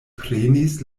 prenis